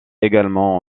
également